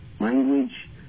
Language